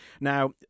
Now